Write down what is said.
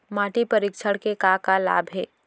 माटी परीक्षण के का का लाभ हे?